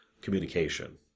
communication